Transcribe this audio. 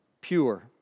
pure